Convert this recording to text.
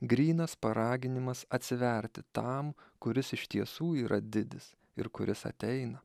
grynas paraginimas atsiverti tam kuris iš tiesų yra didis ir kuris ateina